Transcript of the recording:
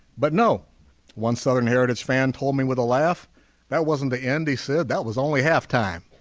but no one southern heritage fan told me with a laugh that wasn't the end he said that was only half time